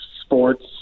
sports